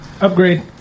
Upgrade